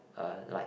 uh like